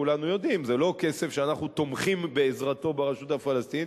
כולנו יודעים שזה לא כסף שאנחנו תומכים בעזרתו ברשות הפלסטינית,